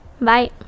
Bye